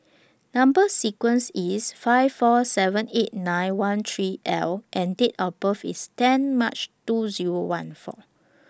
Number sequence IS five four seven eight nine one three L and Date of birth IS ten March two Zero one four